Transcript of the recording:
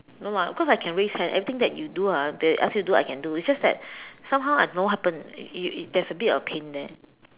no lah cause I can raise hand everything that you do ah they ask you do I can do it's just that somehow I don't know what happen y~ y~ there is a bit of pain there